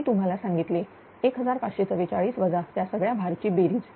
मी तुम्हाला सांगितले 1544 वजा त्या सगळ्या भार ची बेरीज